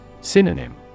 Synonym